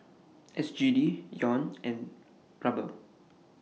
S G D Yuan and Ruble